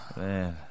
Man